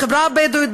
בחברה הבדואית,